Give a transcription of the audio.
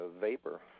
vapor